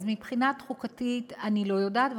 אז מבחינה תחיקתית אני לא יודעת,